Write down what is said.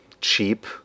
cheap